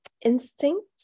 instinct